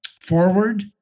forward